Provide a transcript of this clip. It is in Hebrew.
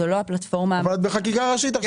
זו לא הפלטפורמה --- אבל את בחקיקה ראשית עכשיו,